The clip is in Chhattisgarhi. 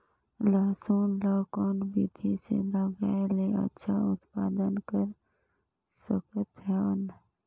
लसुन ल कौन विधि मे लगाय के अच्छा उत्पादन कर सकत हन?